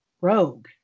rogue